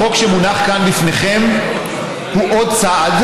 החוק שמונח כאן לפניכם הוא עוד צעד.